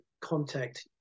contact